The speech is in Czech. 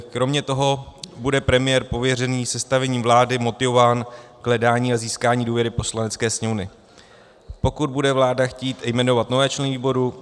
Kromě toho bude premiér pověřený sestavením vlády motivován k hledání a získání důvěry Poslanecké sněmovny, pokud bude vláda chtít jmenovat nové členy výboru.